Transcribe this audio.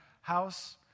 house